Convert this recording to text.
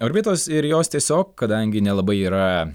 orbitos ir jos tiesiog kadangi nelabai yra